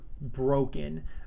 broken